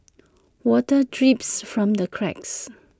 water drips from the cracks